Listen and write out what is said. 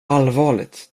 allvarligt